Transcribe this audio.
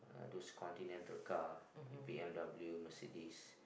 those continental car like B_M_W Mercedes